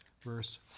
verse